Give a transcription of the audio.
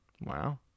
Wow